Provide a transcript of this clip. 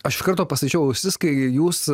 aš iš karto pastačiau ausis kai jūs